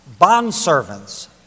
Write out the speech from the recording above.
bondservants